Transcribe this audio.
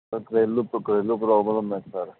sir ਘਰੇਲੂ ਕੋਈ ਘਰੇਲੂ ਪ੍ਰੋਬਲਮ ਹੈ ਸਰ